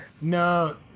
No